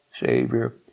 Savior